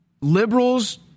liberals